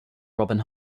robin